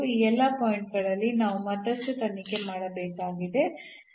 ಈ ಎಲ್ಲಾ ಪಾಯಿಂಟ್ ಗಳಲ್ಲಿ ನಾವು ಮತ್ತಷ್ಟು ತನಿಖೆ ಮಾಡಬೇಕಾಗಿದೆ